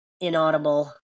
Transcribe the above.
inaudible